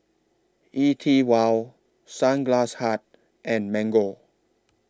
E TWOW Sunglass Hut and Mango